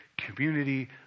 community